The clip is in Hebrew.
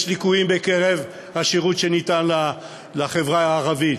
יש ליקויים בקרב השירות שניתן לחברה הערבית,